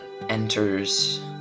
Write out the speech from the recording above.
enters